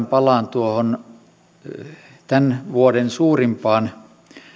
palaan tuohon tämän vuoden suurimpaan